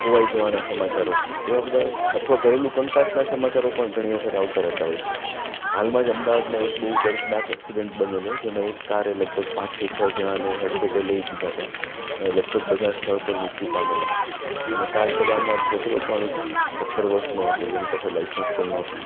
ખોવાઈ જવાના સમાચારો એવા બધા અથવા ઘરેલુ કંકાસના સમાચારો પણ ઘણી વખત આવતા રહેતા હોય છે હાલમાં જ અમદાવાદમાં એક બહુ દર્દનાક એક્સિડન્ટ બનેલો જેમાં એક કારે લગભગ પાંચ કે છ જણાંને અડફેટે લઈ લીધા હતા લગભગ બધા સ્થળ પર મૃત્યુ પામેલા અને કાર ચલાવનાર છોકરો પણ સ સત્તર વર્ષનો હતો જેની પાસે લાઇસન્સ પણ નહોતું